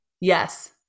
yes